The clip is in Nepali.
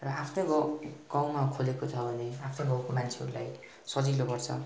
र आफ्नो गाउँ गाउँमा खोलेको छ भने आफ्नो गाउँको मान्छेहरूलाई सजिलो पर्छ